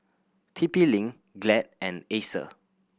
T P Link Glad and Acer